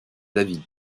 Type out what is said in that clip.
david